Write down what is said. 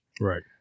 Right